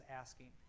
asking